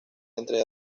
entre